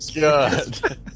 god